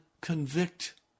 convict